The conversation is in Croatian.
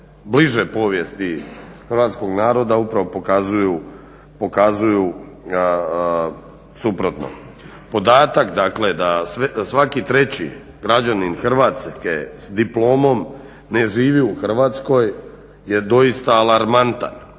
bliže povijesti hrvatskog naroda upravo pokazuju suprotno. Podatak, dakle da svaki treći građanin Hrvatske s diplomom ne živi u Hrvatskoj je doista alarmantan.